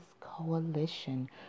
Coalition